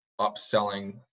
upselling